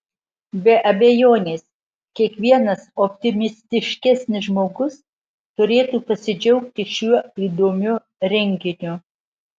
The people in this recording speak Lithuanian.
be abejonės kiekvienas optimistiškesnis žmogus turėtų pasidžiaugti šiuo įdomiu renginiu